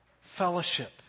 fellowship